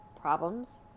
problems